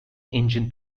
engine